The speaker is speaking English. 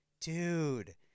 dude